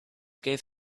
give